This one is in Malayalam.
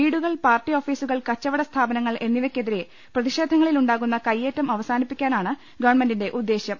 വീടുകൾ പാർട്ടി ഓഫീസുകൾ കച്ചവട സ്ഥാപനങ്ങൾ എന്നിവയ്ക്കെതിരെ പ്രതിഷേധ ങ്ങളിലുണ്ടാകുന്ന കയ്യേറ്റം അവസാനിപ്പിക്കാനാണ് ഗവൺമെന്റിന്റെ ഉദ്ദേശ്യം